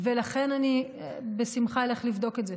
ולכן אני בשמחה אלך לבדוק את זה.